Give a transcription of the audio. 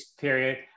period